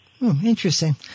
Interesting